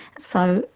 so,